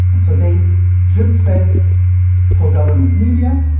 so they drip-fed pro-government media,